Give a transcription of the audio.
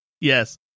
Yes